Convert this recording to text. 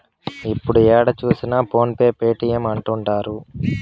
ఇప్పుడు ఏడ చూసినా ఫోన్ పే పేటీఎం అంటుంటారు